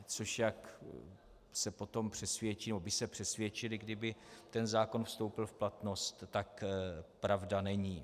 Což, jak se potom přesvědčí, nebo by se přesvědčili, kdyby ten zákon vstoupil v planost, pravda není.